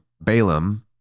Balaam